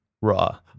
Raw